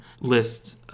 lists